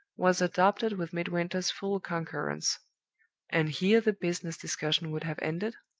was adopted with midwinter's full concurrence and here the business discussion would have ended,